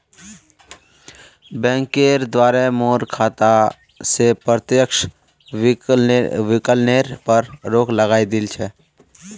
बैंकेर द्वारे मोर खाता स प्रत्यक्ष विकलनेर पर रोक लगइ दिल छ